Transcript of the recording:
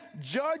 judge